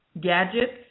gadgets